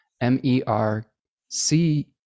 m-e-r-c